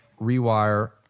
rewire